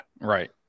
right